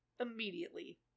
Immediately